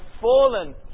fallen